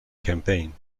campaign